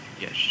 Yes